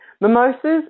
Mimosas